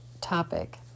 topic